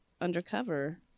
undercover